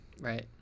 Right